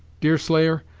deerslayer,